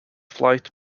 flights